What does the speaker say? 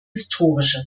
historischer